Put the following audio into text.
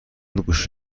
گوش